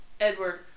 Edward